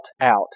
out